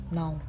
now